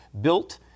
built